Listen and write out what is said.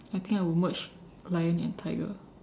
I think I will merge lion and tiger